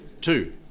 two